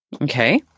Okay